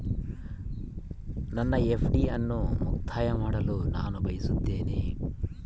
ನನ್ನ ಎಫ್.ಡಿ ಅನ್ನು ಮುಕ್ತಾಯ ಮಾಡಲು ನಾನು ಬಯಸುತ್ತೇನೆ